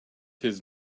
his